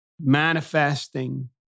manifesting